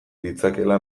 ditzakeela